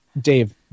Dave